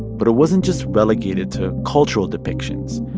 but it wasn't just relegated to cultural depictions.